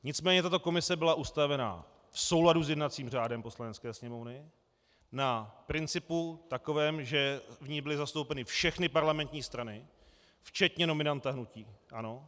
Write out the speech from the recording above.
Nicméně tato komise byla ustavena v souladu s jednacím řádem Poslanecké sněmovny na principu takovém, že v ní byly zastoupeny všechny parlamentní strany včetně nominanta hnutí ANO.